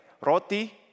roti